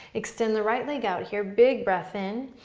extend the right leg out here, big breath in.